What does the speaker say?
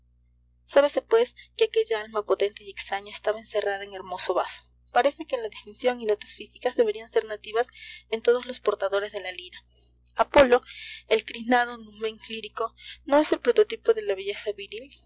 sábese pues que aquella alma potente y extraña estaba encerrada en hermoso vaso parece que la distinción y dotes físicas deberían ser nativas en todos los portadores de la lira apolo el crinado numen lírico no es el prototipo de la belleza viril